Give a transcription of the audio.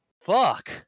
Fuck